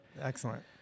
Excellent